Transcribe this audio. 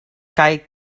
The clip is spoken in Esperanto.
kaj